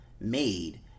made